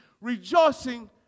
rejoicing